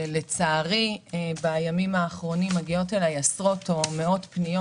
לצערי בימים האחרונים מגיעות אליי מאות פניות.